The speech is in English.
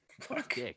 Fuck